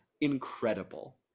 incredible